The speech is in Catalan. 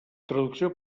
traducció